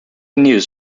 news